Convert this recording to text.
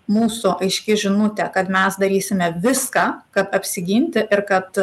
mūsų aiški žinutė kad mes darysime viską kad apsiginti ir kad